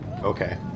Okay